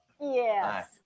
Yes